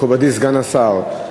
מכובדי סגן השר,